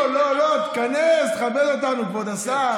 לא לא לא, תיכנס, כבד אותנו, כבוד השר.